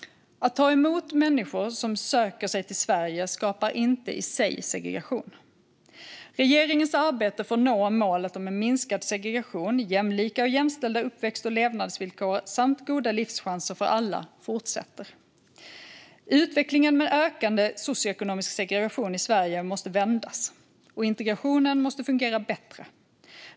Att ta emot människor som söker sig till Sverige skapar inte i sig segregation. Regeringens arbete för att nå målet om minskad segregation, jämlika och jämställda uppväxt och levnadsvillkor samt goda livschanser för alla fortsätter. Utvecklingen med ökande socioekonomisk segregation i Sverige måste vändas, och integrationen måste fungera bättre.